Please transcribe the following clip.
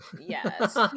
Yes